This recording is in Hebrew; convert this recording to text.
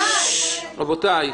ברור.